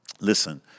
Listen